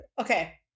Okay